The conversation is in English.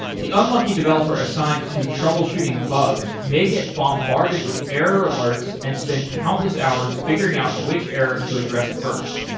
the unlucky developer assigned to trouble shooting bugs make it bombarded with error alerts and spend countless hours figuring out which errors to address first.